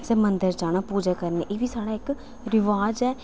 कुसै मंदर जाना पूजा करना एह् बी साढ़ै इक रवाज ऐ